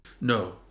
No